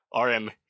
RM